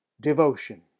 devotion